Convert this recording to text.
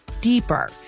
deeper